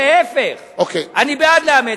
להיפך, אני בעד לאמץ.